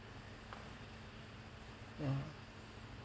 ya